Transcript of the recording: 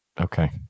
Okay